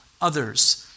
others